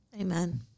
Amen